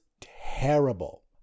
terrible